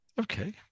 okay